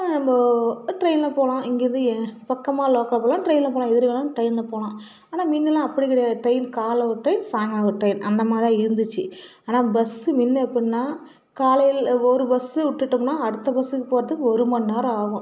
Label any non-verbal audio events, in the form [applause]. நம்ப டிரெயினில் போகலாம் இங்கேருந்து ஏ பக்கமாக லோக்கல் ஃபுல்லாக டிரெயினில் போகலாம் [unintelligible] டிரெயினில் போகலாம் ஆனால் முன்னல்லாம் அப்படி கிடையாது டிரெயின் காலை ஒரு டைம் சாய்ங்காலம் ஒரு டிரெயின் அந்தமாதிரி தான் இருந்துச்சு ஆனால் பஸ்ஸு முன்ன எப்பிடின்னா காலையில் ஒரு பஸ்ஸு விட்டுட்டோம்னா அடுத்த பஸ்ஸுக்கு போகறதுக்கு ஒரு மணிநேரம் ஆகும்